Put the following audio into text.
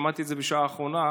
שמעתי את זה בשעה האחרונה.